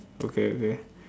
okay okay